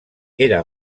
era